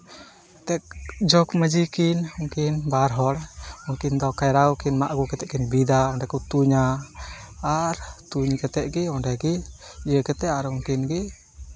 ᱮᱱᱛᱮᱫ ᱡᱚᱜᱽ ᱢᱟᱹᱡᱷᱤ ᱠᱤᱱ ᱩᱱᱠᱤᱱ ᱵᱟᱨᱦᱚᱲ ᱩᱱᱠᱤᱱ ᱫᱚ ᱠᱟᱭᱨᱟ ᱠᱚᱠᱤᱱ ᱢᱟᱜ ᱟᱹᱜᱩ ᱠᱟᱛᱮᱫ ᱠᱤᱱ ᱵᱤᱫᱟ ᱚᱸᱰᱮ ᱠᱚ ᱛᱩᱧᱟ ᱟᱨ ᱛᱩᱧ ᱠᱟᱛᱮᱫ ᱜᱮ ᱚᱸᱰᱮᱜᱮ ᱤᱭᱟᱹ ᱠᱟᱛᱮᱫ ᱟᱨ ᱩᱱᱠᱤᱱ ᱜᱮ